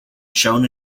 shown